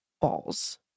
balls